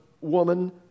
woman